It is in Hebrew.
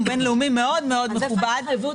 בין-לאומי מאוד מאוד מכובד --- אז איפה ההתחייבות?